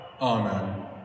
Amen